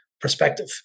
perspective